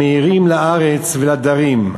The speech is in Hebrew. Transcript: המאירים לארץ ולדרים.